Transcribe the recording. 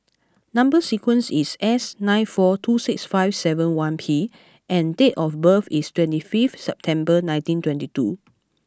number sequence is S nine four two six five seven one P and date of birth is twenty fifth September nineteen twenty two